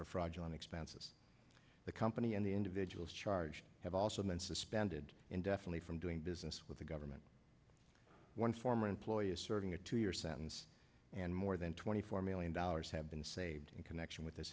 for fraudulent expenses the company and the individuals charged have also been suspended indefinitely from doing business with the government one former employer serving a two year sentence and more than twenty four million dollars have been saved in connection with this